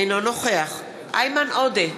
אינו נוכח איימן עודה,